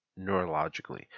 neurologically